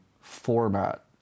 format